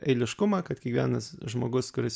eiliškumą kad kiekvienas žmogus kuris